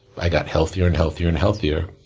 i got healthier and healthier and healthier,